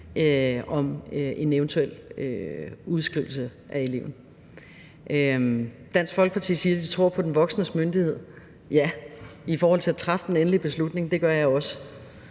en eventuel udskrivelse af eleven. Dansk Folkeparti siger, at de tror på den voksnes myndighed i forhold til at træffe den endelige beslutning, og ja, det gør jeg også.